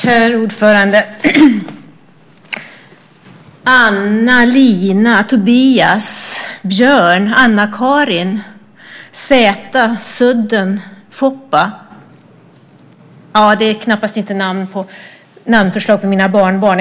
Herr talman! Anna, Lina, Tobias, Björn, Anna-Karin, Zäta, Sudden, Foppa. Det är knappast namnförslag på mina barnbarn.